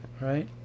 Right